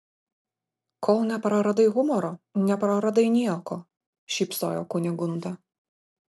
kol nepraradai humoro nepraradai nieko šypsojo kunigunda